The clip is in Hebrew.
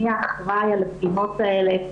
מי האחראי על הדגימות האלה,